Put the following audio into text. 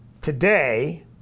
Today